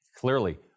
Clearly